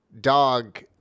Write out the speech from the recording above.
dog